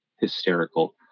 hysterical